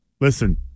Listen